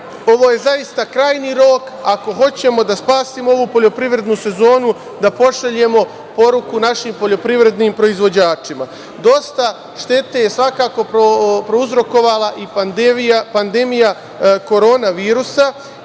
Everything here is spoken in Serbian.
ovo je zaista krajnji rok ako hoćemo da spasimo ovu poljoprivrednu sezonu, da pošaljemo poruku našim poljoprivrednim proizvođačima. Dosta štete je svakako prouzrokovala i pandemija korona virusa